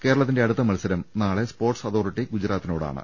കേരളത്തിന്റെ അടുത്ത മത്സരം നാളെ സ്പോർട്സ് അതോറിറ്റി ഗുജറാത്തിനോടാണ്